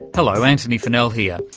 hello, antony funnell here,